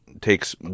takes